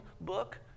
book